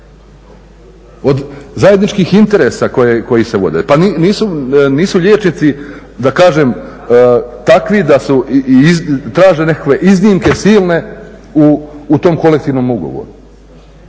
od zajedničkih interesa koji se vode? Pa nisu liječnici da kažem takvi da traže nekakve iznimke silne u tom kolektivnom ugovoru.